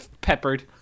peppered